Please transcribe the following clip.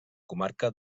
comarca